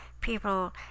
people